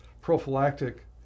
prophylactic